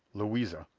louisa!